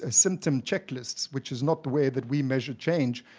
ah symptom checklists, which is not the way that we measure change.